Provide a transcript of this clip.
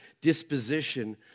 disposition